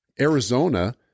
Arizona